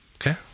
Okay